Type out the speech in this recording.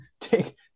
take